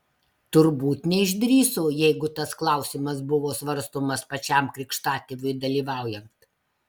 turbūt neišdrįso jeigu tas klausimas buvo svarstomas pačiam krikštatėviui dalyvaujant